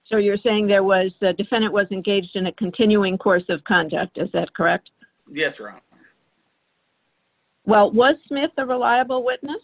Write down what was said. so you're saying there was the defendant was engaged in a continuing course of contact is that correct yes right well was smith a reliable witness